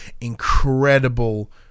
incredible